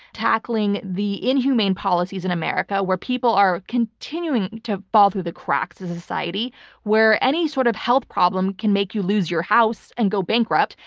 tackling the inhumane policies in america, where people are continuing to fall through the cracks as a society where any sort of health problem can make you lose your house and go bankrupt.